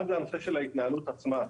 אחד, זה הנושא של ההתנהלות עצמה.